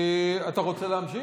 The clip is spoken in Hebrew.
אתה רוצה להמשיך?